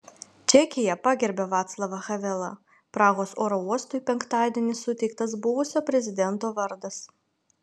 čekija pagerbia vaclavą havelą prahos oro uostui penktadienį suteiktas buvusio prezidento vardas